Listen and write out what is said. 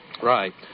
Right